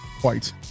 White